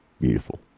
beautiful